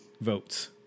votes